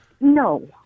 No